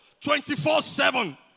24-7